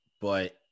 But-